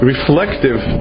Reflective